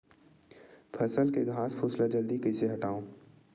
फसल के घासफुस ल जल्दी कइसे हटाव?